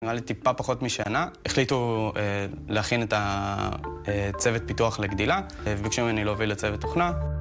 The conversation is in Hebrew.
נראה לי טיפה פחות משנה. החליטו להכין את הצוות פיתוח לגדילה, וביקשו ממני להוביל את צוות תוכנה.